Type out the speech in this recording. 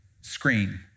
screen